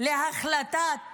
להחלטת